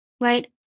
right